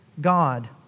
God